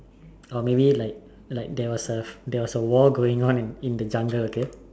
or maybe like like there was a there was a war going on in in the jungle okay